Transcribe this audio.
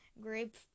Grape